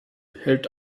hält